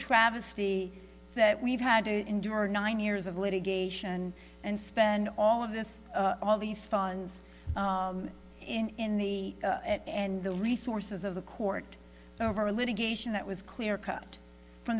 travesty that we've had to endure nine years of litigation and spend all of this all these funds in the and the resources of the court over a litigation that was clear cut from